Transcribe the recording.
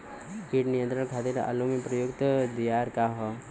कीट नियंत्रण खातिर आलू में प्रयुक्त दियार का ह?